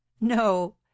No